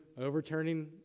overturning